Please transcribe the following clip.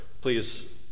please